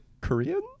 Korean